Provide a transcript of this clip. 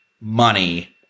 money